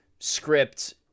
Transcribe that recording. script